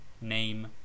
name